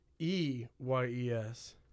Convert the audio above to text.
E-Y-E-S